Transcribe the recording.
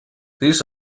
these